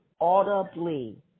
audibly